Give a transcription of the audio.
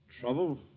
Trouble